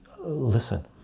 listen